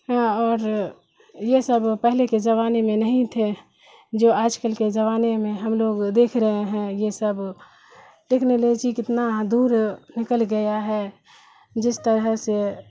ہاں اور یہ سب پہلے کے زمانے میں نہیں تھے جو آج کل کے زمانے میں ہم لوگ دیکھ رہے ہیں یہ سب ٹیکنالوجی کتنا دور نکل گیا ہے جس طرح سے